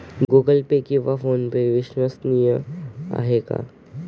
Google Pay किंवा PhonePe विश्वसनीय आहेत का?